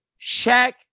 Shaq